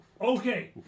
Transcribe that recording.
Okay